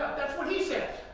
that's what he says.